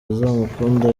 uzamukunda